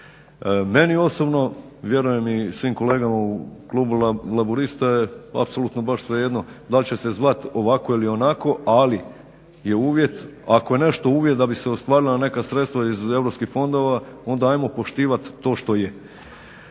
Meni osobno, vjerujem i svim kolegama u klubu Laburista je apsolutno baš svejedno da li će se zvati ovako ili onako, ali je uvjet ako je nešto uvjet da bi se ostvarila neka sredstva iz europskih fondova onda ajmo poštivati to što je.